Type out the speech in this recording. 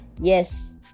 yes